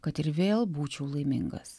kad ir vėl būčiau laimingas